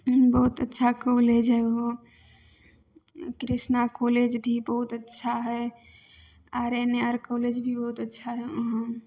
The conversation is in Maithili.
बहुत अच्छा कॉलेज हइ उहो कृष्णा कॉलेज भी बहुत अच्छा हइ R N A R college भी बहुत अच्छा हइ